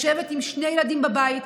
לשבת עם שני ילדים בבית,